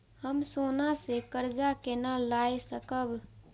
हम सोना से कर्जा केना लाय सकब?